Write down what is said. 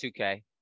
2K